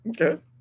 Okay